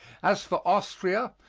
as for austria,